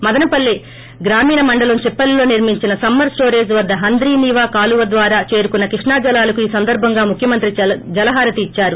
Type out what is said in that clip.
మదనపల్లె గ్రామీణ మండలం చిప్పిలిలో నిర్మించిన సమ్మర్ స్లోరేజ్ వద్ద హంద్రీ నీవా కాలువ ద్వారా చేరుకున్న కృష్ణాజలాలకు ఈ సందర్బం గా ముఖ్యమంత్రి జలహారతి ఇచ్చారు